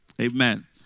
amen